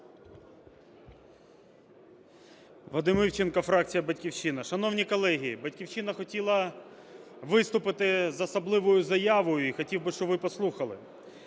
Вадим Івченко, фракція "Батьківщина". Шановні колеги, "Батьківщина" хотіла виступити з особливою заявою, і хотів би, щоб ви послухали,